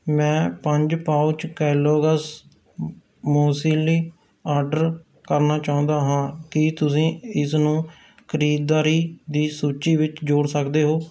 ਮੈਂ ਪੰਜ pouch Kellogg's muesli order ਕਰਨਾ ਚਾਹੁੰਦਾ ਹਾਂ ਕੀ ਤੁਸੀਂ ਇਸਨੂੰ ਖਰੀਦਦਾਰੀ ਦੀ ਸੂਚੀ ਵਿੱਚ ਜੋੜ ਸਕਦੇ ਹੋ